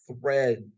thread